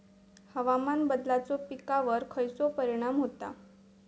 हवामान बदलाचो पिकावर खयचो परिणाम होता?